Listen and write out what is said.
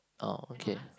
oh okay